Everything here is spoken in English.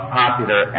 popular